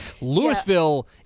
Louisville